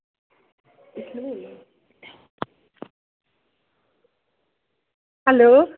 hello